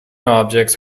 objects